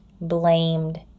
blamed